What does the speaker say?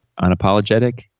unapologetic